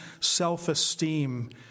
self-esteem